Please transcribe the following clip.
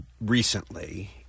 recently